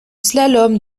slalom